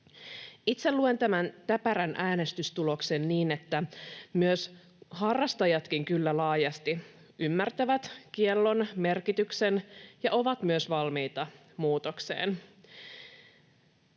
Itse luen tämän täpärän äänestystuloksen niin, että myös harrastajat kyllä laajasti ymmärtävät kiellon merkityksen ja ovat myös valmiita muutokseen.